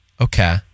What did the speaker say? Okay